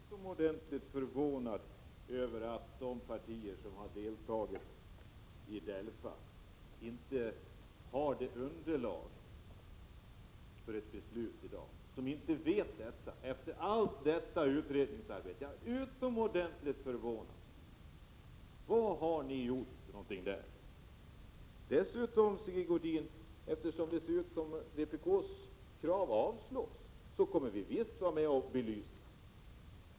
Herr talman! Jag är utomordentligt förvånad över att de partier som har deltagit i DELFA inte har underlag för ett beslut i dag, att de inte vet tillräckligt efter detta utredningsarbete. Vad har ni gjort för någonting där? Eftersom det ser ut som om vpk:s krav kommer att avslås, vill jag säga till Sigge Godin att visst kommer vi att vara med och belysa frågorna ytterligare.